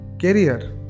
career